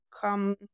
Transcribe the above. come